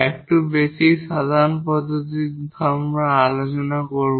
একটু বেশি সাধারণ পদ্ধতি আমরা আলোচনা করব